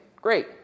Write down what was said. Great